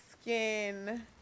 skin